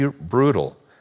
brutal